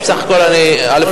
בסך הכול אני, א.